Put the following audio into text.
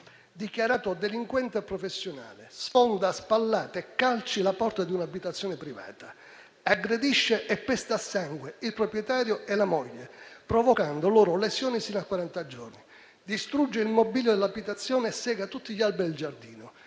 dichiarato delinquente professionale, sfonda a spallate e calci la porta di un'abitazione privata, aggredisce e pesta a sangue il proprietario e la moglie, provocando loro lesioni giudicate guaribili sino a quaranta giorni, distrugge il mobilio dell'abitazione e sega tutti gli alberi del giardino,